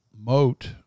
moat